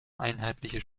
einheitliche